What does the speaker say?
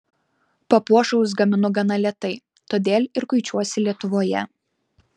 papuošalus gaminu gana lėtai todėl ir kuičiuosi lietuvoje